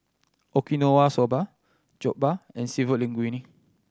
Okinawa Soba Jokbal and Seafood Linguine